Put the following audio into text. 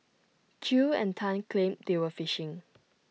chew and Tan claimed they were fishing